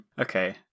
Okay